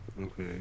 Okay